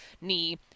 knee